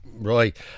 Right